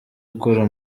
ukora